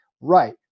Right